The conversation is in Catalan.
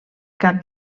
cap